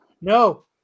No